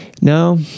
No